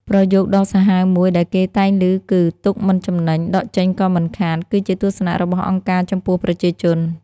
ប្រយោគដ៏សាហាវមួយដែលគេតែងឮគឺ «ទុកមិនចំណេញ ដកចេញក៏មិនខាត» គឺជាទស្សនៈរបស់អង្គការចំពោះប្រជាជន។